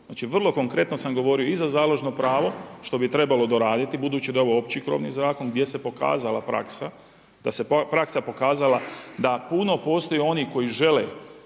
znači vrlo konkretno sam govorio i za založno pravo, što bi trebalo doraditi, budući da je ovo opći krovni zakon gdje se pokazala praksa, da se praksa pokazala da puno postoje oni koji žele